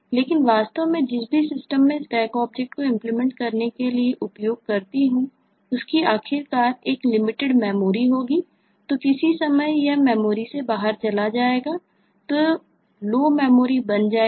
लेकिन वास्तव में जिस भी सिस्टम मैं Stack ऑब्जेक्ट को इंप्लीमेंट बन जाएगी